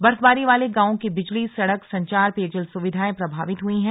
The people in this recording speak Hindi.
बर्फबारी वाले गांवों की बिजली सड़क संचार पेयजल सुविधाएं प्रभावित हुई हैं